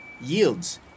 yields